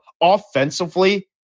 Offensively